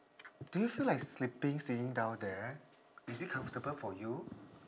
do you feel like sleeping sitting down there is it comfortable for you